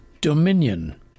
dominion